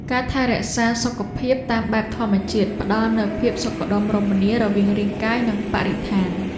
ការថែរក្សាសុខភាពតាមបែបធម្មជាតិ ផ្តល់នូវភាពសុខដុមរមនារវាងរាងកាយ និងបរិស្ថាន។